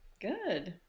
Good